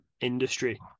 industry